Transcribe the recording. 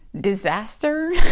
disaster